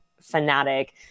fanatic